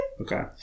Okay